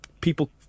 people